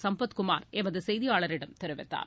சம்பத்குமார் எமது செய்தியாளரிடம் தெரிவித்தார்